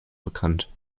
bekannt